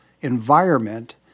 environment